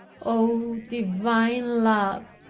oh, divine love!